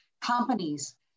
Companies